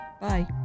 Bye